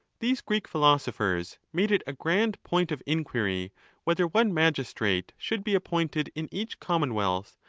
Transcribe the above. these greek philosophers made it a grand point of inquiry whether one magistrate should be appointed in each commonwealth,